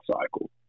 cycle